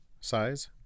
size